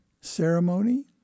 ceremony